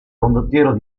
condottiero